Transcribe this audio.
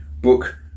Book